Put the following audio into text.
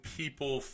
people